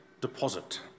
deposit